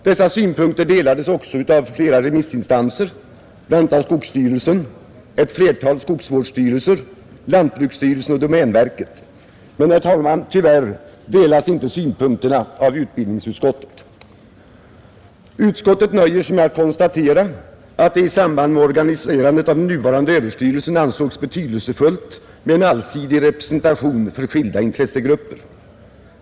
Dessa synpunkter delades också av flera remissinstanser, bl.a. av skogsstyrelsen, ett flertal skogsvårdsstyrelser, lantbruksstyrelsen och domänverket. Men, herr talman, tyvärr delas inte synpunkterna av utbildningsutskottet. Utskottet nöjer sig med att konstatera att det i samband med organiserandet av den nuvarande överstyrelsen ansägs betydelsefullt med en allsidig representation för skilda intressegrupper.